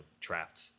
Trapped